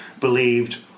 believed